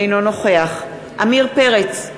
אינו נוכח עמיר פרץ,